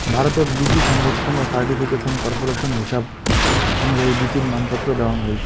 ভারতত বীচি সংরক্ষণ ও সার্টিফিকেশন কর্পোরেশনের হিসাব অনুযায়ী বীচির মানপত্র দ্যাওয়াং হই